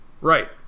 Right